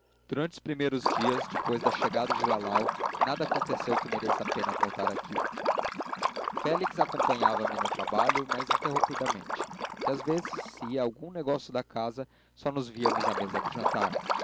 durante os primeiros dias depois da chegada de lalau nada aconteceu que mereça a pena contar aqui félix acompanhava me no trabalho mas interrompidamente e as vezes se saía a algum negócio da casa só nos víamos à mesa do jantar